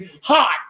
hot